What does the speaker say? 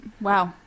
wow